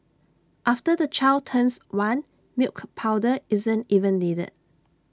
after the child turns one milk powder isn't even needed